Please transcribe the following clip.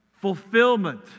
fulfillment